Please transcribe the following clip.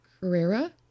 Carrera